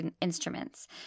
instruments